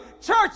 Church